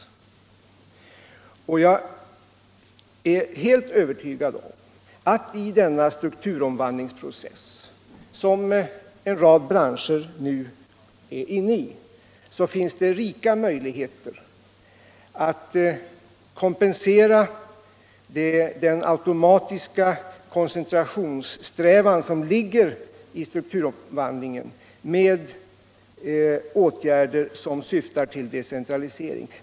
Jag är helt övertygad om att i den strukturomvandlingsprocess, som en rad branscher nu är inne i, finns det rika möjligheter att kompensera Allmänpolitisk debatt Allmänpolitisk debatt den automatiska strävan till koncentration som ligger i strukturomvandlingen med åtgärder som syftar till decentralisering.